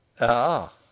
Ah